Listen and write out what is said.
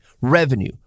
revenue